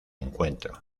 encuentro